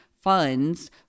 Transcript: funds